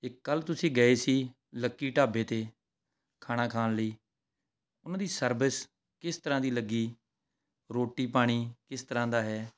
ਇੱਕ ਕੱਲ੍ਹ ਤੁਸੀਂ ਗਏ ਸੀ ਲੱਕੀ ਢਾਬੇ 'ਤੇ ਖਾਣਾ ਖਾਣ ਲਈ ਉਹਨਾਂ ਦੀ ਸਰਵਿਸ ਕਿਸ ਤਰ੍ਹਾਂ ਦੀ ਲੱਗੀ ਰੋਟੀ ਪਾਣੀ ਕਿਸ ਤਰ੍ਹਾਂ ਦਾ ਹੈ